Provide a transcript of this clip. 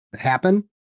happen